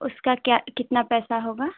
उसका क्या कितना पैसा होगा